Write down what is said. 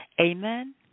Amen